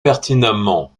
pertinemment